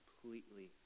completely